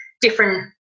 different